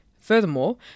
Furthermore